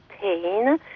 pain